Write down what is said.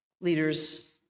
leaders